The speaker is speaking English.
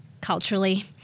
culturally